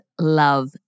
love